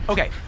Okay